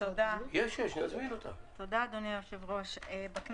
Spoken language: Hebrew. יש את משרד הבריאות?